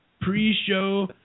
pre-show